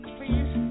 Please